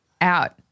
out